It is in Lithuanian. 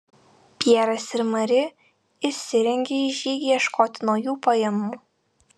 pjeras ir mari išsirengė į žygį ieškoti naujų pajamų